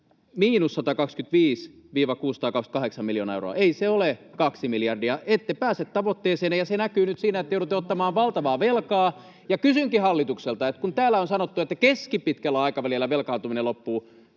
Ei voi olla totta!] Ei se ole kaksi miljardia. Ette pääse tavoitteeseenne, ja se näkyy nyt siinä, että joudutte ottamaan valtavaa velkaa. Kysynkin hallitukselta: kun täällä on sanottu, että keskipitkällä aikavälillä velkaantuminen loppuu,